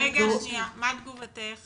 איריס מה תגובתך